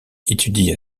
étudie